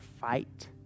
fight